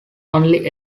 only